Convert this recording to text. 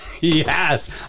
Yes